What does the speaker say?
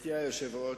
גברתי היושבת-ראש,